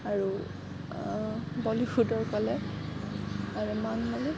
আৰু বলীউডৰ ক'লে অৰমান মালিক